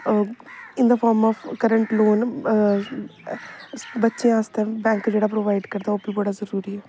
in the form of current loan बच्चे आस्तै bank जेह्ड़ा प्रोवाइड करदा ओह् बी बड़ा जरूरी ऐ